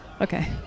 Okay